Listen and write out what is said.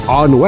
on